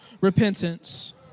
repentance